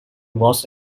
was